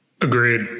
Agreed